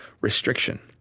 restriction